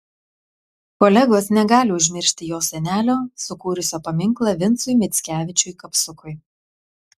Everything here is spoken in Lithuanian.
kolegos negali užmiršti jo senelio sukūrusio paminklą vincui mickevičiui kapsukui